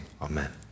amen